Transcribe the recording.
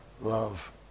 love